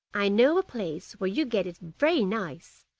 i know a place where you get it very nice.